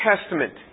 Testament